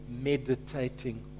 meditating